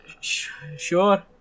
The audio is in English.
sure